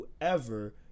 whoever